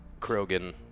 Krogan